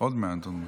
אדוני היושב-ראש,